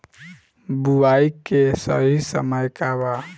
बुआई के सही समय का वा?